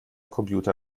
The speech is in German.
computer